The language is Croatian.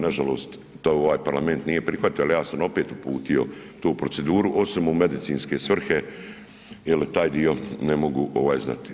Nažalost to ovaj parlament nije prihvatio ali ja sam opet uputio to u proceduru osim u medicinske svrhe jel taj dio ne mogu ovaj znati.